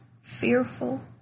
fearful